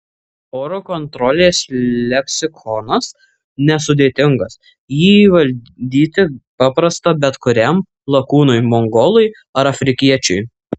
oro kontrolės leksikonas nesudėtingas jį įvaldyti paprasta bet kuriam lakūnui mongolui ar afrikiečiui